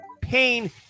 pain